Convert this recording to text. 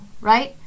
right